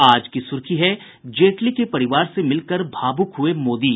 आज की सुर्खी है जेटली के परिवार से मिलकर भावुक हुये मोदी